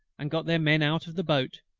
and got their men out of the boat,